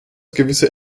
gewisse